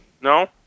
No